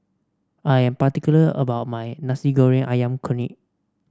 I am particular about my Nasi Goreng ayam kunyit